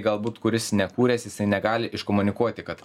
galbūt kuris nekūręs jisai negali iškomunikuoti kad